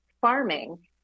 farming